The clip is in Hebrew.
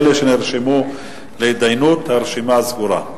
אלה שנרשמו להתדיינות, הרשימה סגורה.